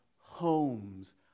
homes